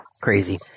crazy